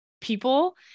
people